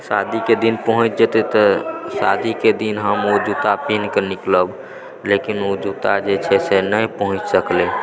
शादीके दिन पहुँच जेतै तऽ शादीके दिन हम ओ जूता पिन्ह कऽ निकलब लेकिन ओ जूता जे छै से नहि पहुँचि सकलै